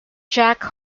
jack